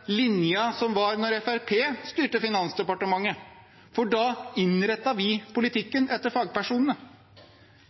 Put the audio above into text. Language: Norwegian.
som ble ført da Fremskrittspartiet styrte Finansdepartementet. Da innrettet vi politikken etter fagpersonene.